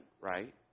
right